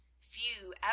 Few